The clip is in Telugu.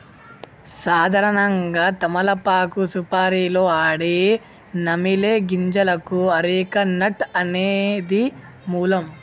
సాధారణంగా తమలపాకు సుపారీలో ఆడే నమిలే గింజలకు అరెక నట్ అనేది మూలం